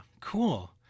cool